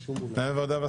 הוועדה.